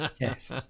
Yes